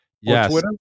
Yes